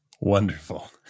Wonderful